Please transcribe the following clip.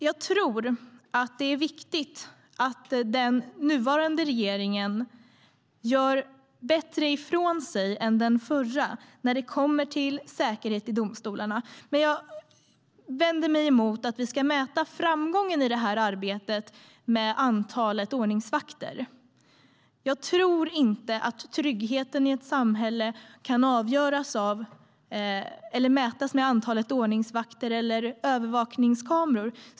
Jag tror att det är viktigt att den nuvarande regeringen gör bättre ifrån sig än den förra när det gäller säkerhet i domstolarna. Men jag vänder mig emot att vi ska mäta framgången i det arbetet med hjälp av antalet ordningsvakter. Jag tror inte att tryggheten i ett samhälle kan avgöras av eller mätas med antalet ordningsvakter eller övervakningskameror.